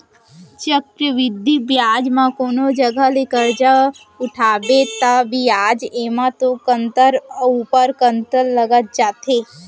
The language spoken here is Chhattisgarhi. चक्रबृद्धि बियाज म कोनो जघा ले करजा उठाबे ता बियाज एमा तो कंतर ऊपर कंतर लगत जाथे